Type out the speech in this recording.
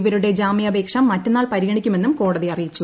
ഇവരുടെ ജാമ്യാപേക്ഷ മറ്റെന്നാൾ പരിഗണിക്കുമെന്നും കോടതി അറിയിച്ചു